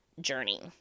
journey